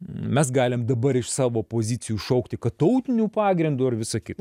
mes galim dabar iš savo pozicijų šaukti kad tautiniu pagrindu ar visa kita